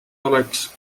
oleks